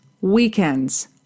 weekends